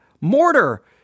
mortar